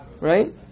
Right